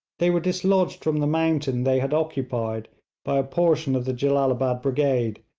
they were dislodged from the mountain they had occupied by a portion of the jellalabad brigade,